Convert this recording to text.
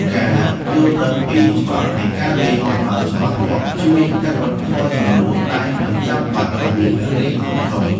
ការយល់ដឹងពីច្បាប់នៃការលេងឱ្យបានច្បាស់លាស់ជួយកាត់បន្ថយជម្លោះដែលមិនចាំបាច់រវាងអ្នកលេងក្នុងក្រុម។